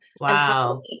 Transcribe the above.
Wow